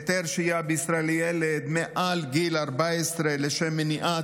היתר שהייה בישראל לילד מעל גיל 14 לשם מניעת